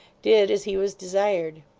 did as he was desired.